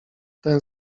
ten